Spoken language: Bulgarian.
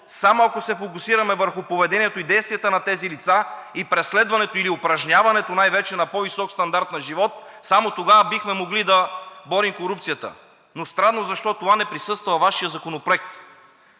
само ако се фокусираме върху поведението и действията на тези лица и преследването или упражняването, най вече, на по-висок стандарт на живот, само тогава бихме могли да борим корупцията. Но странно защо това не присъства във Вашия Законопроект.